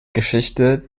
geschichte